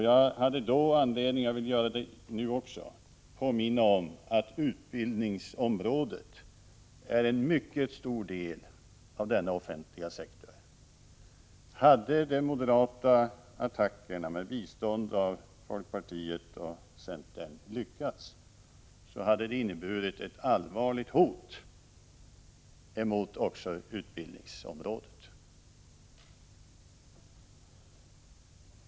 Jag hade då anledning att, och jag vill göra det nu också, påminna om att utbildningsområdet är en mycket stor del av denna offentliga sektor. Hade de moderata attackerna, med bistånd av folkpartiet och centern, lyckats, hade det inneburit ett allvarligt hot också mot utbildningsområdet.